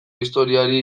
historiari